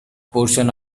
portion